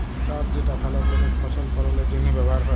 সার যেটা ভাল করেক ফসল ফললের জনহে ব্যবহার হ্যয়